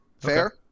Fair